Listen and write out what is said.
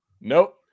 Nope